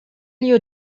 you